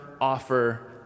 offer